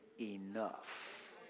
enough